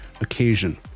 occasion